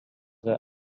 were